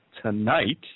tonight